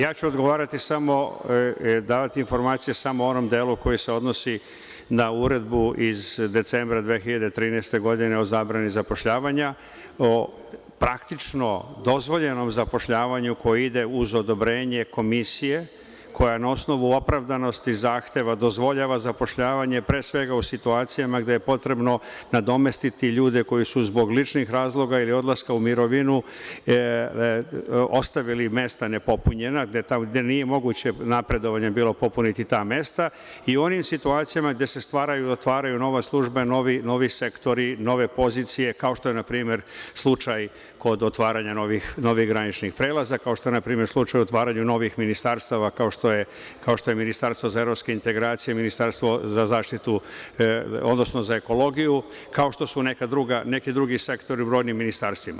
Ja ću odgovarati samo, davati informacije samo o onom delu koji se odnosi na uredbu iz decembra 2013. godine o zabrani zapošljavanja, praktično o dozvoljenom zapošljavanju koje ide uz odobrenje Komisije, koja na osnovu opravdanosti zahteva, dozvoljava zapošljavanje, pre svega u situacijama gde je potrebno nadomestiti ljude koji su zbog ličnih razloga ili odlaska u mirovinu ostavili ne popunjena mesta, gde nije bilo moguće popuniti ta mesta i u onim situacijama gde se stvaraju, otvaraju nove službe, novi sektori, nove pozicije, kao što je slučaj kod otvaranja graničnih prelaza, kao što je naprimer slučaj otvaranja novih ministarstava, kao što je Ministarstvo za evropske integracije, Ministarstvo za zaštitu životne sredine, za ekologiju, kao što su neki drugi sektori u brojnim ministarstvima.